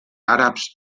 àrabs